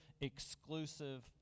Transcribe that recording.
exclusive